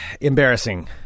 embarrassing